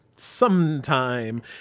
sometime